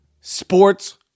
sports